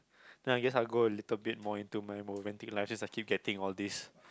then I guess I'll go a little bit more into my romantic life since I keep getting all these